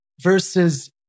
versus